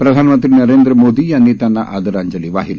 प्रधानमंत्री नरेंद्र मोदी यांनी त्यांना आदरांजली वाहिली